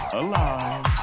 alive